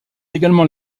également